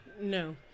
No